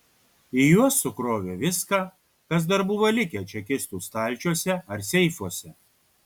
į juos sukrovė viską kas dar buvo likę čekistų stalčiuose ar seifuose